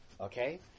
Okay